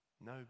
No